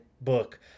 book